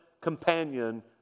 companion